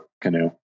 canoe